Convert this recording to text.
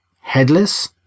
headless